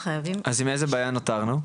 אנחנו חייבים --- אז עם איזו בעיה נותרנו?